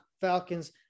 Falcons